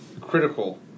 critical